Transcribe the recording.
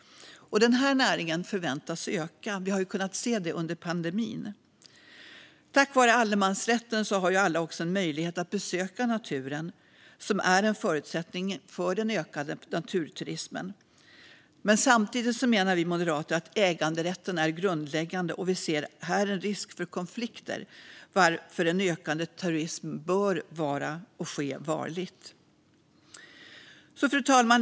Den här näringen förväntas öka; det har vi kunnat se under pandemin. Tack vare allemansrätten har alla också möjlighet att besöka naturen, som är en förutsättning för den ökande naturturismen. Samtidigt menar vi moderater att äganderätten är grundläggande, och vi ser här en risk för konflikter, varför en ökande turism bör ske varligt. Fru talman!